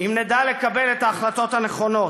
אם נדע לקבל את ההחלטות הנכונות.